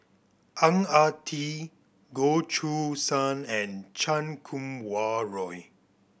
Ang Ah Tee Goh Choo San and Chan Kum Wah Roy